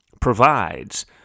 provides